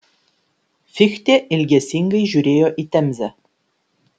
fichtė ilgesingai žiūrėjo į temzę